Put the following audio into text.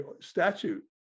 statute